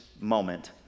moment